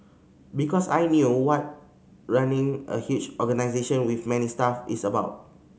because I knew what running a huge organisation with many staff is about